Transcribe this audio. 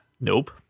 Nope